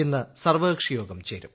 ഇന്ന് സർവ്വകക്ഷി യോഗം ചേരും